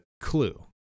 clue